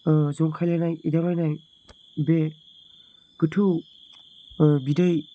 जंखायलायनाय एदावलायनाय बे गोथौ बिदै